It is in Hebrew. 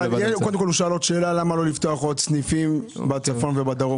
הוא שאל למה לא לפתוח עוד סניפים בצפון ובדרום,